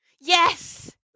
Yes